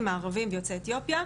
הערבים ויוצאי אתיופיה,